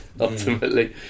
ultimately